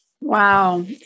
Wow